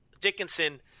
Dickinson